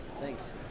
Thanks